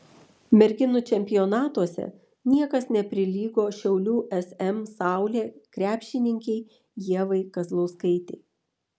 merginų čempionatuose niekas neprilygo šiaulių sm saulė krepšininkei ievai kazlauskaitei